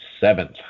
seventh